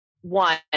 one